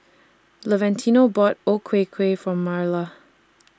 Valentino bought O Ku Kueh For Marla